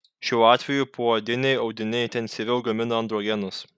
šiuo atveju poodiniai audiniai intensyviau gamina androgenus